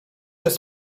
jest